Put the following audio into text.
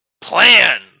plan